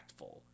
impactful